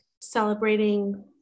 celebrating